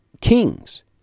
Kings